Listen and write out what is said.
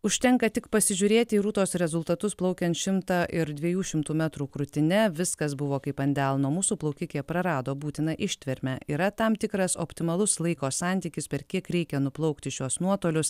užtenka tik pasižiūrėti į rūtos rezultatus plaukiant šimtą ir dviejų šimtų metrų krūtine viskas buvo kaip ant delno mūsų plaukikė prarado būtiną ištvermę yra tam tikras optimalus laiko santykis per kiek reikia nuplaukti šiuos nuotolius